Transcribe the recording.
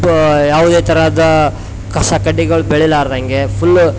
ಯಾವ್ದೇ ಥರದ ಕಸ ಕಡ್ಡಿಗಳು ಬೆಳಿಲಾರದಂಗೆ ಫುಲ್ಲು